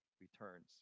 returns